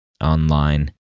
online